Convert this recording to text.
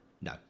No